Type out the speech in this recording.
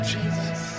Jesus